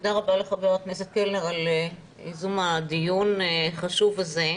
תודה רבה לחבר הכנסת קלנר על ייזום הדיון החשוב הזה.